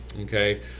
Okay